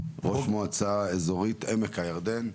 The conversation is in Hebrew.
ראש מועצה אזורית עמק הירדן.